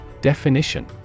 Definition